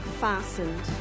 fastened